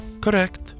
Correct